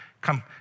come